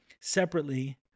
Separately